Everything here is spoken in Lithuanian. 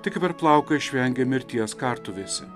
tik per plauką išvengė mirties kartuvėse